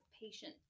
patient